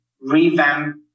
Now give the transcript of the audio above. revamp